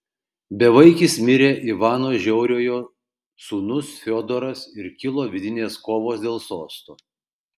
bevaikis mirė ivano žiauriojo sūnus fiodoras ir kilo vidinės kovos dėl sosto